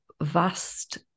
vast